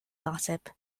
gossip